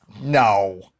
No